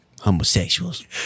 homosexuals